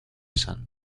sun